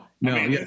no